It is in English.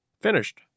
Finished